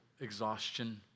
exhaustion